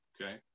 okay